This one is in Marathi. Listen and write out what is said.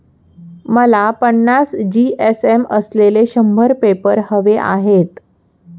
मला पन्नास जी.एस.एम असलेले शंभर पेपर हवे आहेत